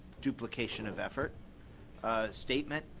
duplication of effort statement